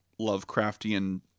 Lovecraftian